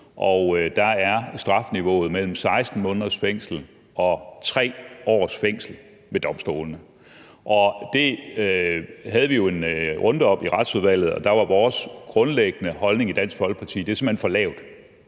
ved domstolene mellem 16 måneders fængsel og 3 års fængsel. Det havde vi jo en runde om i Retsudvalget, og der var vores grundlæggende holdning i Dansk Folkeparti, at